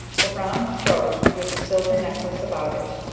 the round throat with the silver necklace about it,